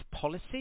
policy